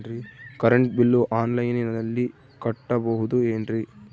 Current bill ಆನ್ಲೈನಿನಲ್ಲಿ ಕಟ್ಟಬಹುದು ಏನ್ರಿ?